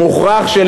הכרחי,